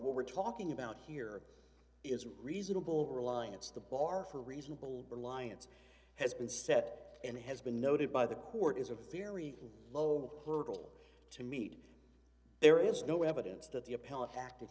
loan we're talking about here is reasonable reliance the bar for reasonable reliance has been set and has been noted by the court is a very low hurdle to meet there is no evidence that the appellat